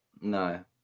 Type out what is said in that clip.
no